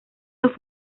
los